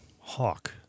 hawk